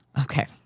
Okay